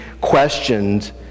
questioned